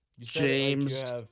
James